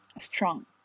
strong